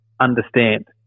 understand